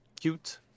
cute